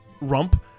rump